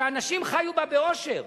שאנשים חיו בה בעושר.